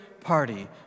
party